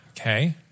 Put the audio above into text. Okay